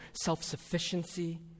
self-sufficiency